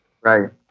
Right